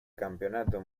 campeonato